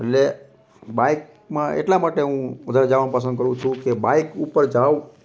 એટલે બાઇકમાં એટલા માટે હું વધારે જવાનું પસંદ કરું છું કે બાઇક ઉપર જવું